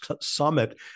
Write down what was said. Summit